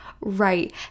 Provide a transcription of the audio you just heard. right